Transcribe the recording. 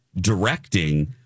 directing